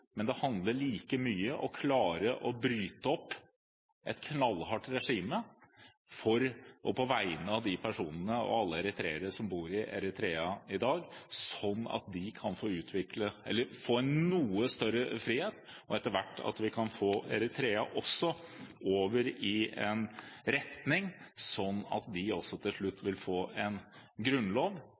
men det handler like mye om å klare å bryte opp et knallhardt regime for og på vegne av de personene og alle eritreere som bor i Eritrea i dag, slik at de kan få en noe større frihet, og etter hvert at vi kan få Eritrea over i en retning, slik at de også til slutt får en grunnlov som etterleves, og at vi også i Eritrea vil kunne se en